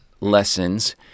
lessons